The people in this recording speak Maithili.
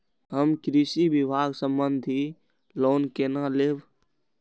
हम कृषि विभाग संबंधी लोन केना लैब?